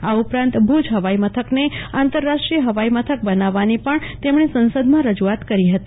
આ ઉપરાંત ભુજ હવાઈમથકને આંતરરાષ્ટ્રીય હવાઈમથક બનાવવાની પણ તેમણે સંસદમાં રજુઆત કરી હતી